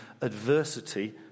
adversity